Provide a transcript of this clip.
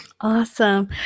Awesome